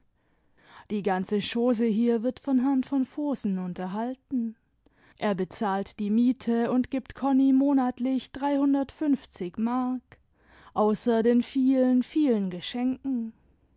die ganze chose hier wird von herrn von vohsen unterhalten er bezahlt die miete und gibt konni monatlich dreihimdertfünfzig mark außer den vielen vielen geschenken